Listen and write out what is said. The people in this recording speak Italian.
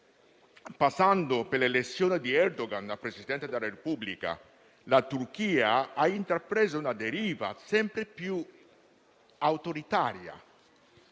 passando per l'elezione di Erdogan a Presidente della Repubblica, la Turchia ha intrapreso una deriva sempre più autoritaria.